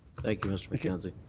thank you, mr. mackenzie.